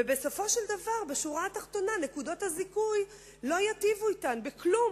ובסופו של דבר בשורה התחתונה נקודות הזיכוי לא יטיבו אתן בכלום.